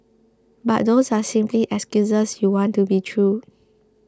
but those are simply excuses you want to be true